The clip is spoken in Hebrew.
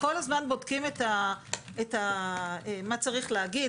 כל הזמן בודקים מה צריך להגיד,